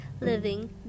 living